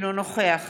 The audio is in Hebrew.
אינו נוכח